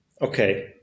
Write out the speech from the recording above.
Okay